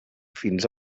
fins